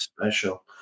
special